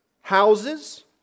houses